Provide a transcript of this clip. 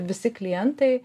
visi klientai